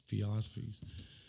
philosophies